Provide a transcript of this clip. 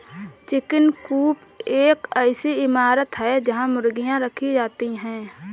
chicken coop एक ऐसी इमारत है जहां मुर्गियां रखी जाती हैं